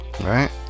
right